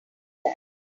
that